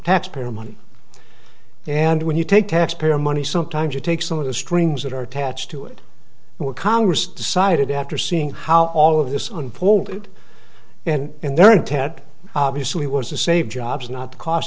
taxpayer money and when you take taxpayer money sometimes you take some of the strings that are attached to it and what congress decided after seeing how all of this unfolded and their intent obviously was to save jobs not cost